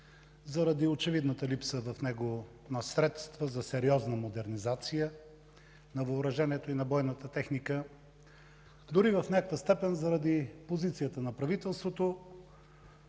заради очевидната липса в него на средства за сериозна модернизация на въоръжението и на бойната техника, дори в някаква степен заради позицията на правителството,